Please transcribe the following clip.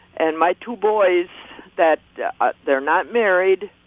and my two boys that they're not married.